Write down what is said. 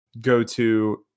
go-to